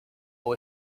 pour